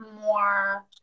more